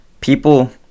people